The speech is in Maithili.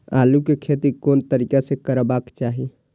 आलु के खेती कोन तरीका से करबाक चाही?